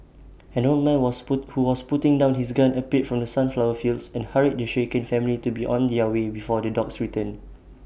an old man was put who was putting down his gun appeared from the sunflower fields and hurried the shaken family to be on their way before the dogs return